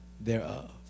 thereof